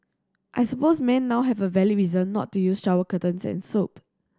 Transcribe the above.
I suppose men now have a valid reason not to use shower curtains and soap